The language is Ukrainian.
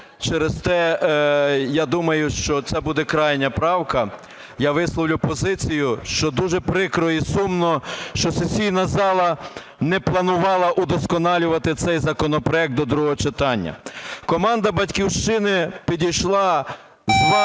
через те я думаю, що це буде крайня правка. Я висловлю позицію, що дуже прикро і сумно, що сесійна зала не планувала удосконалювати цей законопроект до другого читання. Команда "Батьківщини" підійшла зважено,